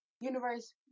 universe